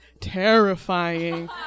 terrifying